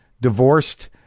divorced